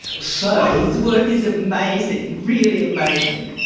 so and his work is amazing, really amazing.